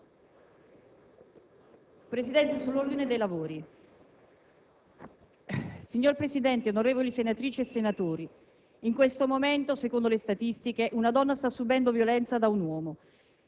Ne ha facoltà. VANO *(RC-SE)*. Signor Presidente, onorevoli senatrici e senatori, in questo momento, secondo le statistiche, una donna sta subendo violenza da un uomo.